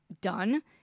done